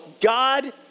God